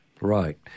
Right